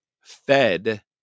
Fed